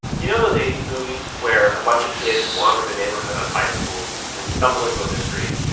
you know those eighty s movies where a bunch of kids wander the neighborhood on bicycles and and stumble into a mystery?